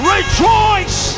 Rejoice